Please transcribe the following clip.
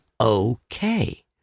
okay